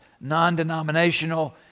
non-denominational